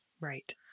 Right